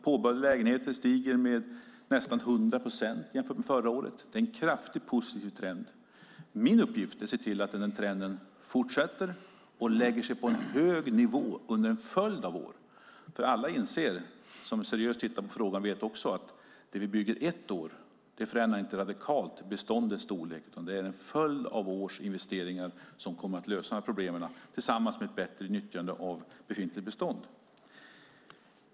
Påbörjade lägenheter har stigit med nästan 100 procent sedan förra året. Det är en kraftigt positiv trend. Min uppgift är att se till att den trenden fortsätter och att bostadsbyggandet lägger sig på en hög nivå under en följd av år, för alla som seriöst tittar på frågan vet att det som byggs ett år förändrar inte radikalt beståndets storlek, utan det är en följd av års investeringar som kommer att lösa problemen tillsammans med ett bättre nyttjande av befintligt bestånd.